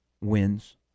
wins